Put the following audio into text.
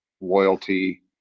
loyalty